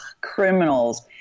criminals